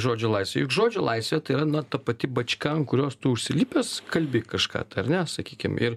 žodžio laisvę juk žodžio laisvė tai yra na ta pati bačka ant kurios tu užsilipęs kalbi kažką tai ar ne sakykim ir